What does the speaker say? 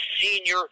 senior